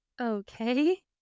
Okay